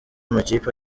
amakipe